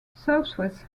southwest